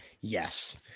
Yes